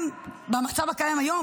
גם במצב הקיים היום,